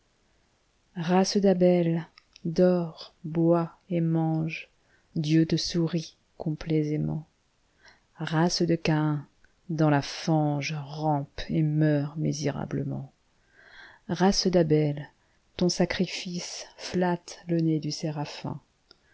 race d'abel dors bois et mange dieu te sourit complaisamnient race de caïn dans la fangerampe et meurs misérablemenu race d'abel ton sacrificeflatte le nez du